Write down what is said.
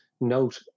note